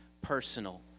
personal